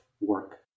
work